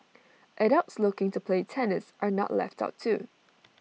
adults looking to play tennis are not left out too